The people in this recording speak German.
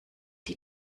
die